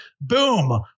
Boom